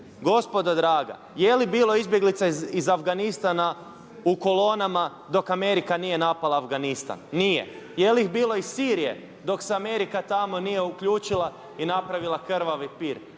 gospodo draga je li bilo izbjeglica iz Afganistana u kolonama dok Amerika nije napala Afganistan? Nije. Je li ih bilo iz Sirije dok se Amerika tamo nije uključila i napravila krvavi pir?